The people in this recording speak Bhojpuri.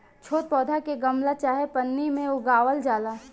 छोट पौधा के गमला चाहे पन्नी में उगावल जाला